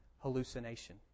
hallucination